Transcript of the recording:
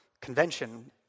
convention